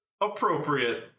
Appropriate